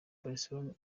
barcelone